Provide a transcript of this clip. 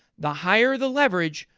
the higher the leverage,